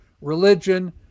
religion